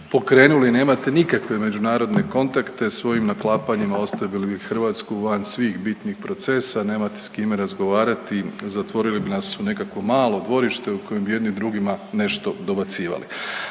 pokrenuli. Nemate nikakve međunarodne kontakte, svojim naklapanjima ostavili bi Hrvatsku van svih bitnih procesa, nemate s kime razgovarati, zatvorili bi nas u nekakvo malo dvorište u kojem bi jedni drugima nešto dobacivali.